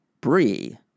Brie